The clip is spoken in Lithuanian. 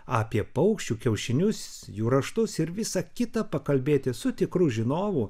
apie paukščių kiaušinius jų raštus ir visa kita pakalbėti su tikru žinovu